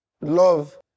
love